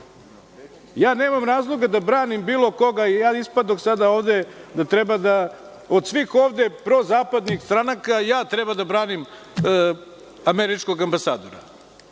zemlje. Nemam razloga da branim bilo koga, ispade sada da treba da, od svih ovde prozapadnih stranaka, ja treba da branim američkog ambasadora.